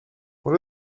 what